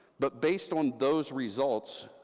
but based on those results,